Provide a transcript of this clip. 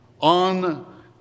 on